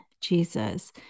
Jesus